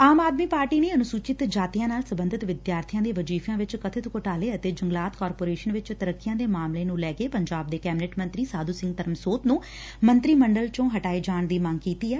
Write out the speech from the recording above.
ਆਮ ਆਦਮੀ ਪਾਰਟੀ ਨੇ ਅਨੁਸੁਚਿਤ ਜਾਤੀਆਂ ਨਾਲ ਸਬੰਧਤ ਵਿਦਿਆਰਬੀਆਂ ਦੇ ਵਜੀਫ਼ਿਆਂ ਵਿਚ ਕਬਿਤ ਘੁਟਾਲੇ ਅਤੇ ਜੰਗਲਾਤ ਕਾਰਪੋਰੇਸ਼ਨ ਵਿਚ ਤਰੱਕੀਆਂ ਦੇ ਮਾਮਲੇ ਨੂੰ ਲੈ ਕੇ ਪੰਜਾਬ ਦੇ ਕੈਬਨਿਟ ਮੰਤਰੀ ਸਾਧੁ ਸਿੰਘ ਧਰਮਸੋਤ ਨੂੰ ਮੰਤਰੀ ਮੰਡਲ ਚੋ ਹਟਾਏ ਜਾਣ ਦੀ ਮੰਗ ਕੀਡੀ ਏ